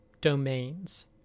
domains